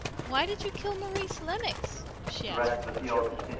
why did you kill maurice lennox? she asked reproachfully.